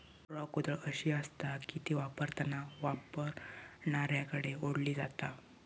draw कुदळ अशी आसता की ती वापरताना वापरणाऱ्याकडे ओढली जाता